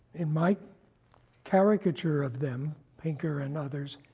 and might caricature of them, pinker and others,